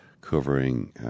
covering